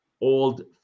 old